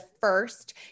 first